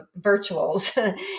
virtuals